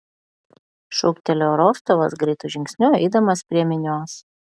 šūktelėjo rostovas greitu žingsniu eidamas prie minios